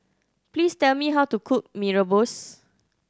please tell me how to cook Mee Rebus